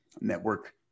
network